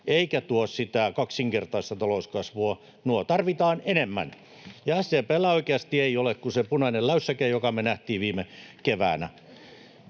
eikä tuo sitä kaksinkertaista talouskasvua, tarvitaan enemmän. — Ja SDP:llä oikeasti ei ole kuin se punainen läysäke, joka me nähtiin viime keväänä.